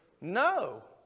No